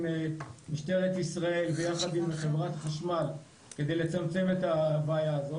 משטרת ישראל ויחד עם חברת חשמל כדי לצמצם את הבעיה הזאת,